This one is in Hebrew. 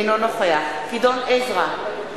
אינו נוכח גדעון עזרא,